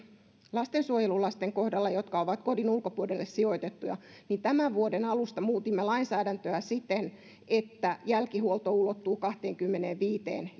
lastensuojelulasten kohdalla jotka ovat kodin ulkopuolelle sijoitettuja tämän vuoden alusta muutimme lainsäädäntöä siten että jälkihuolto ulottuu kahteenkymmeneenviiteen